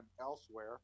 elsewhere